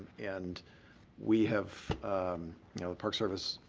and we have you know the park service,